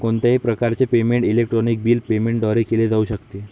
कोणत्याही प्रकारचे payment electronic bill payment द्वारे केले जाऊ शकते